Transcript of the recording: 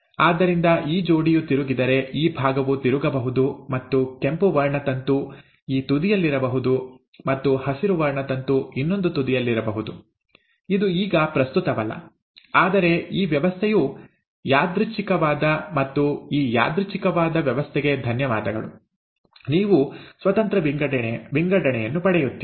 ಆದ್ದರಿಂದ ಈ ಜೋಡಿಯು ತಿರುಗಿದರೆ ಈ ಭಾಗವು ತಿರುಗಬಹುದು ಮತ್ತು ಕೆಂಪು ವರ್ಣತಂತು ಈ ತುದಿಯಲ್ಲಿರಬಹುದು ಮತ್ತು ಹಸಿರು ವರ್ಣತಂತು ಇನ್ನೊಂದು ತುದಿಯಲ್ಲಿರಬಹುದು ಇದು ಈಗ ಪ್ರಸ್ತುತವಲ್ಲ ಆದರೆ ಈ ವ್ಯವಸ್ಥೆಯು ಯಾದೃಚ್ಛಿಕವಾದ ಮತ್ತು ಈ ಯಾದೃಚ್ಛಿಕವಾದ ವ್ಯವಸ್ಥೆಗೆ ಧನ್ಯವಾದಗಳು ನೀವು ಸ್ವತಂತ್ರ ವಿಂಗಡಣೆಯನ್ನು ಪಡೆಯುತ್ತೀರಿ